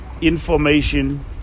information